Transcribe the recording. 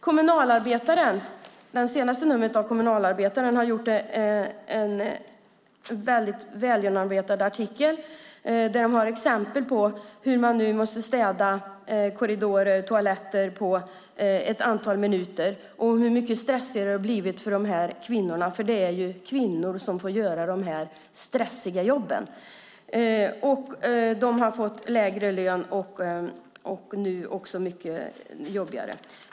I det senaste numret av Kommunalarbetaren har man gjort en väldigt välgenomarbetad artikel med exempel på hur lokalvårdare nu måste städa korridorer och toaletter på ett antal minuter och hur mycket stressigare det har blivit för de här kvinnorna, för det är kvinnor som har de här stressiga jobben. De har fått lägre lön, och nu har de också fått det mycket jobbigare.